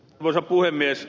arvoisa puhemies